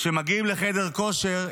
כשהם מגיעים לחדר כושר,